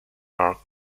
are